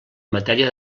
matèria